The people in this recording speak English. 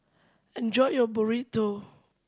enjoy your Burrito